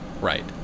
right